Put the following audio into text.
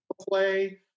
play